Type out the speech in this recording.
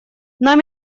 нам